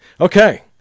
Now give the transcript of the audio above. okay